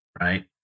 Right